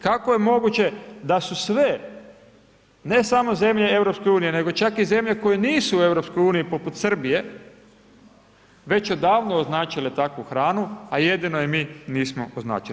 Kako je moguće da su sve ne samo zemlje EU nego čak i zemlje koje nisu u EU poput Srbije već odavno označile takvu hranu a jedino je mi nismo označili?